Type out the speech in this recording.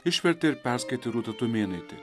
išvertė ir perskaitė rūta tumėnaitė